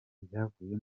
ibyavuye